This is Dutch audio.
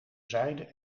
zijden